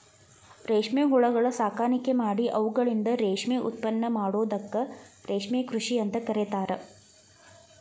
ರೇಷ್ಮೆ ಹುಳಗಳ ಸಾಕಾಣಿಕೆ ಮಾಡಿ ಅವುಗಳಿಂದ ರೇಷ್ಮೆ ಉತ್ಪನ್ನ ಪಡೆಯೋದಕ್ಕ ರೇಷ್ಮೆ ಕೃಷಿ ಅಂತ ಕರೇತಾರ